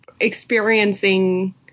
experiencing